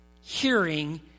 hearing